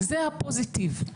זה הפוזיטיב,